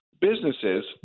businesses